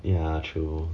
ya true